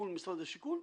מול משרד השיכון,